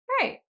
Right